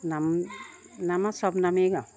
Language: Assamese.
নাম নাম আৰু চব নামেই গাওঁ